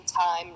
time